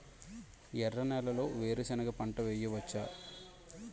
ఎర్ర నేలలో వేరుసెనగ పంట వెయ్యవచ్చా?